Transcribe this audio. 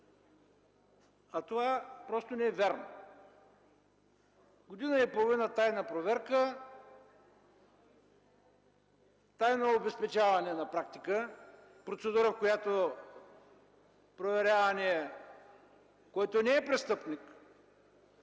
а това просто не е вярно! Година и половина тайна проверка, тайно обезпечаване, на практика, процедура, по която проверявания, който не е престъпник,